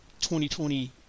2020